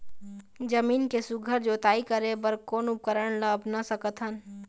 जमीन के सुघ्घर जोताई करे बर कोन उपकरण ला अपना सकथन?